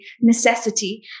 necessity